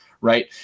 Right